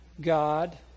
God